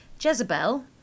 Jezebel